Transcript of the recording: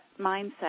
mindset